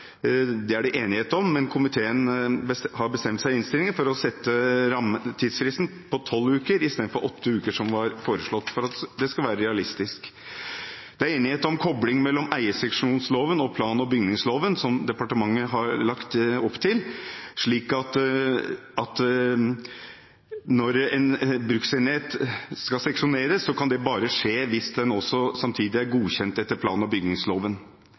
det er det enighet om, men komiteen har i innstillingen bestemt seg for å sette tidsfristen til tolv i stedet for åtte uker, som var foreslått, for at det skal være realistisk. Det er enighet om en kobling mellom eierseksjonsloven og plan- og bygningsloven som departementet har lagt opp til, slik at en bruksenhet bare kan seksjoneres hvis den samtidig er godkjent etter plan- og bygningsloven.